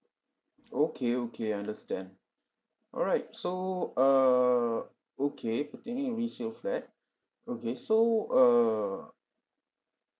okay okay I understand alright so err okay pertaining to resale flat okay so err